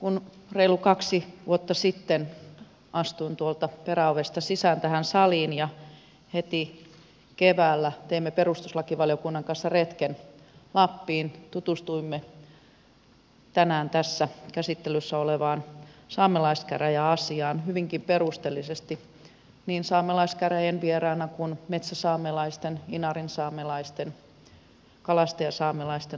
kun reilut kaksi vuotta sitten astuin tuolta peräovesta sisään tähän saliin ja heti keväällä teimme perustuslakivaliokunnan kanssa retken lappiin tutustuimme tänään tässä käsittelyssä olevaan saamelaiskäräjäasiaan hyvinkin perusteellisesti niin saamelaiskäräjien vieraana kuin metsäsaamelaisten inarinsaamelaisten kalastajasaamelaisten osalta